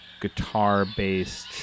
guitar-based